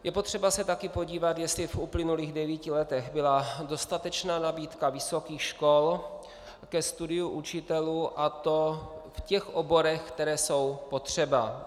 Je potřeba se taky podívat, jestli v uplynulých devíti letech byla dostatečná nabídka vysokých škol ke studiu učitelů, a to v těch oborech, které jsou potřeba.